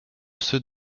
ceux